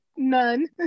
None